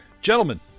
gentlemen